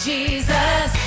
Jesus